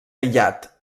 aïllat